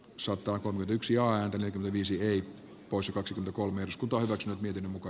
sotaa kun nyt yksi joan benoit viisi neljä poissa kaksi kolme ts kutoivat miten muka